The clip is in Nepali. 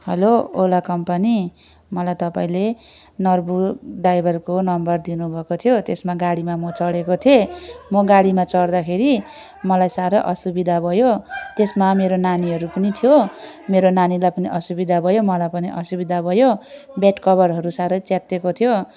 हेलो ओला कम्पनी मलाई तपाईँले नर्बु ड्राइभरको नम्बर दिनुभएको थियो त्यसमा गाडीमा म चढेको थिएँ म गाडीमा चढ्दाखेरि मलाई साह्रो असुविधा भयो त्यसमा मेरो नानीहरू पनि थियो मेरो नानीलाई पनि असुविधा भयो मलाई पनि असुविधा भयो बेडकभरहरू साह्रै च्यात्तिएको थियो